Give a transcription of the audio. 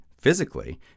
physically